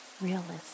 realistic